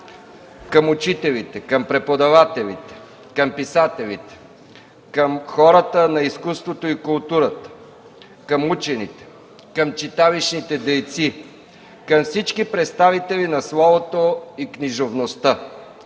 към учителите, към преподавателите, към писателите, към хората на изкуството и културата, към учените, към читалищните дейци, към всички представители на словото и книжовността.